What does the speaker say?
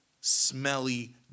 smelly